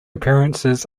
appearances